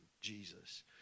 Jesus